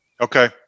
Okay